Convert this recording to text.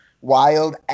Wild